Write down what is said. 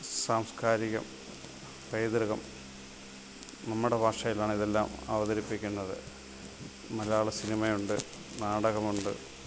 സാംസ്കാരികം പൈതൃകം നമ്മുടെ ഭാഷയിലാണ് ഇതെല്ലാം അവതരിപ്പിക്കുന്നത് മലയാള സിനിമയുണ്ട് നാടകമുണ്ട്